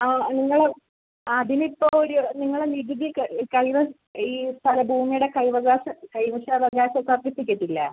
ആ നിങ്ങൾ അതിനിപ്പോൾ ഒരു നിങ്ങൾ നികുതിയൊക്കെ കൈവ ഈ സ്ഥല ഭൂമിയുടെ കൈയവകാശ കൈവശാവകാശ സർട്ടിഫിക്കറ്റ് ഇല്ലേ